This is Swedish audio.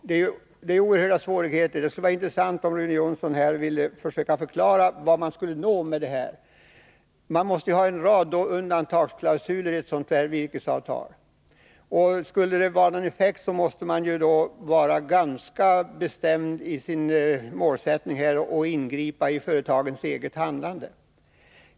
Det skulle stöta på oerhörda svårigheter. Det skulle vara intressant om Rune Jonsson här ville förklara vad man skulle nå med detta. Det måste ju finnas en rad undantagsklausuler i ett sådant virkesavtal. Om man skulle uppnå någon effekt, måste man vara ganska bestämd i sin målsättning och ingripa i företagens eget handlande.